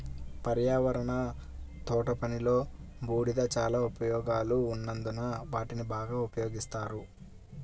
పర్యావరణ తోటపనిలో, బూడిద చాలా ఉపయోగాలు ఉన్నందున వాటిని బాగా ఉపయోగిస్తారు